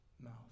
mouth